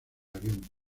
avión